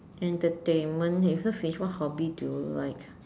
entertainment what hobby do you like